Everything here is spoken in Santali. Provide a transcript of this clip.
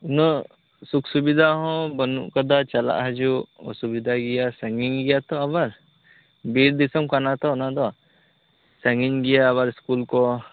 ᱩᱱᱟ ᱜ ᱥᱩᱠ ᱥᱩᱵᱤᱫᱷᱟ ᱦᱚᱸ ᱵᱟ ᱱᱩᱜ ᱟᱠᱟᱫᱟ ᱪᱟᱞᱟᱜ ᱦᱤᱡᱩᱜ ᱚᱥᱩᱵᱤᱫᱷᱟ ᱜᱮᱭᱟ ᱥᱟᱺᱜᱤᱧ ᱜᱮᱭᱟ ᱛᱚ ᱟᱵᱟᱨ ᱵᱤᱨ ᱫᱤᱥᱚᱢ ᱠᱟᱱᱟ ᱛᱚ ᱚᱱᱟᱫᱚ ᱥᱟᱺᱜᱤᱧ ᱜᱮᱭᱟ ᱟᱵᱟᱨ ᱤᱥᱠᱩᱞ ᱠᱚ